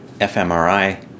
FMRI